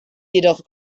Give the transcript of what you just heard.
jedoch